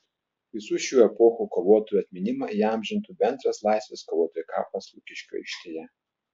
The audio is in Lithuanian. visų šių epochų kovotojų atminimą įamžintų bendras laisvės kovotojo kapas lukiškių aikštėje